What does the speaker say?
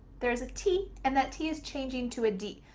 there is a t, and that t is changing to a d.